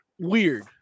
weird